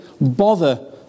bother